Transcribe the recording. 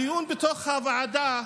הדיון בתוך הוועדה,